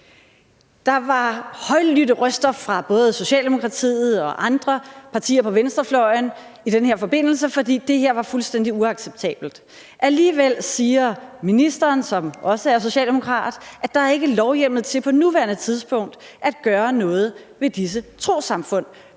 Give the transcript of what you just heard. Der var højlydte røster fra både Socialdemokratiet og andre partier på venstrefløjen i den her forbindelse, fordi det her var fuldstændig uacceptabelt. Alligevel siger ministeren, som også er socialdemokrat, at der ikke på nuværende tidspunkt er lovhjemmel til at gøre noget ved disse trossamfund.